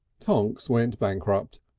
tonks went bankrupt,